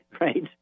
right